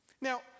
Now